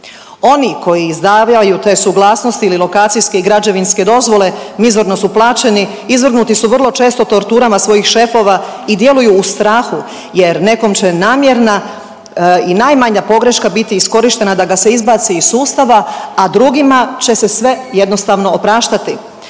Oni koji izdavljaju te suglasnosti ili lokacijske i građevinske dozvole mizorno su plaćeni, izvrgnuti su vrlo često torturama svojih šefova i djeluju u strahu jer nekom će namjerna i najmanja pogreška biti iskorištena da ga se izbaci iz sustava, a drugima će se sve jednostavno opraštati.